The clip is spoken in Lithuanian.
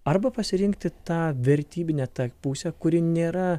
arba pasirinkti tą vertybinę tą pusę kuri nėra